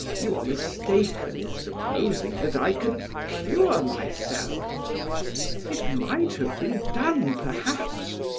you are mistaken in supposing that i can cure myself it might have been done, perhaps,